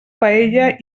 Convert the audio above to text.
paella